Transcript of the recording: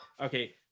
Okay